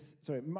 sorry